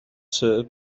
sir